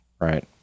right